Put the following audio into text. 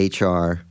HR